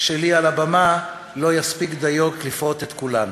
שלי על הבמה לא יספיק כדי לפרוט את כולן.